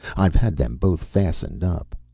i've had them both fastened up.